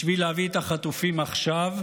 בשביל להביא את החטופים עכשיו,